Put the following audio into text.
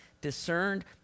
discerned